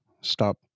stop